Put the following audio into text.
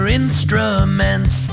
instruments